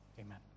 amen